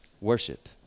Worship